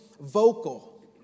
vocal